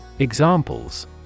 Examples